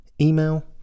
email